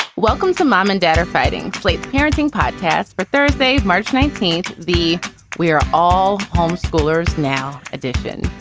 welcomes to mom and dad or fighting fleet parenting podcast for thursday, march nineteenth. the we are all home schoolers now addition,